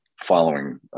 following